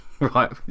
Right